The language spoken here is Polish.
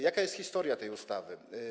Jaka jest historia tej ustawy?